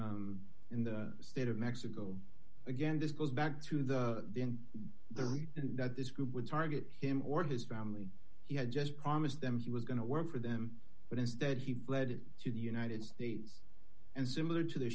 in the state of mexico again this goes back to the in the region that this group would target him or his family he had just promised them he was going to work for them but instead he fled to the united states and similar to the